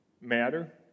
matter